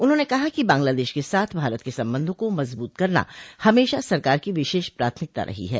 उन्होंने कहा कि बांग्लादेश के साथ भारत के संबंधों को मजबूत करना हमेशा सरकार की विशेष प्राथमिकता रही है